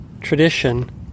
tradition